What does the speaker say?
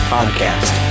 Podcast